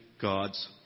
God's